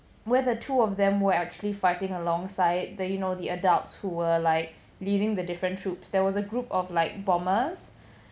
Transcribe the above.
where the two of them were actually fighting alongside the you know the adults who were like leading the different troops there was a group of like bombers